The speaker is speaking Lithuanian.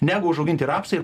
negu užauginti rapsai ir